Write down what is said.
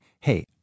hey